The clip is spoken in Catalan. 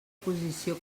posició